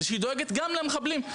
שהיא דואגת גם למחבלים.